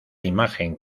imagen